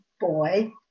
boy